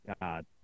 God